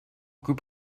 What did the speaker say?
group